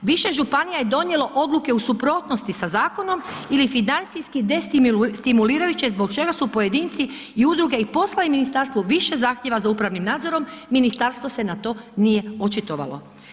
Više županija je donijelo odluke u suprotnosti sa zakonom ili financijski destimulirajuće zbog čega su pojedinci i udruge i poslali ministarstvu više zahtjeva za upravnim nadzorom, ministarstvo se na to nije očitovalo.